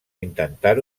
intentar